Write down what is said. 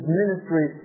ministry